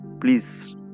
please